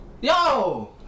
Yo